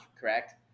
correct